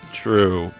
true